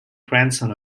grandson